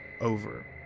over